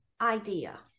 idea